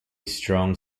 strong